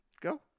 Go